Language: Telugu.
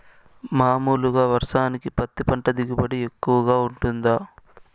మామూలుగా వర్షానికి పత్తి పంట దిగుబడి ఎక్కువగా గా వుంటుందా?